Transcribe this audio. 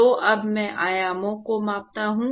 तो अब मैं आयामों को मापता हूं